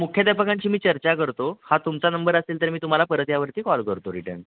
मुख्याध्यापकांशी मी चर्चा करतो हा तुमचा नंबर असेल तर मी तुम्हाला परत यावरती कॉल करतो रिटर्न